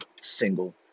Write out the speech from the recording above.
single